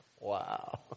Wow